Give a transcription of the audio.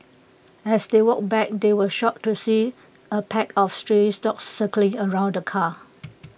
as they walked back they were shocked to see A pack of stray dogs circling around the car